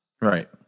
Right